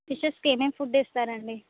ఫిషెస్కి ఏమేం ఫుడ్ ఇస్తారండి